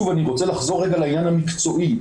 ואני רוצה לחזור רגע לעניין המקצועי,